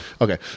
Okay